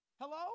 hello